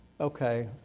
okay